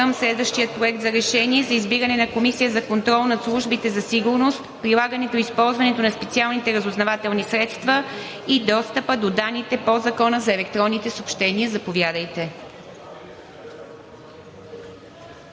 Преминаваме към следващия Проект на решение за избиране на Комисия за контрол над службите за сигурност, прилагането и използването на специалните разузнавателни средства и достъпа до данните по Закона за електронните съобщения. Заповядайте.